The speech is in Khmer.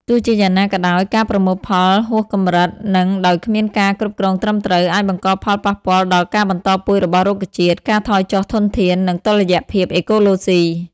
ទោះជាយ៉ាងណាក៏ដោយ ការប្រមូលផលហួសកម្រិត និងដោយគ្មានការគ្រប់គ្រងត្រឹមត្រូវ អាចបង្កផលប៉ះពាល់ដល់ការបន្តពូជរបស់រុក្ខជាតិ ការថយចុះធនធាន និងតុល្យភាពអេកូឡូស៊ី។